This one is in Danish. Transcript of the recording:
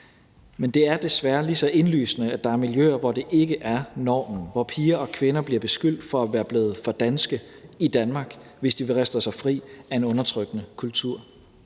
men det er desværre lige så indlysende, at der er miljøer, hvor det ikke er normen, og hvor piger og kvinder bliver beskyldt for at være blevet for danske i Danmark, hvis de vrister sig fri af en undertrykkende kultur.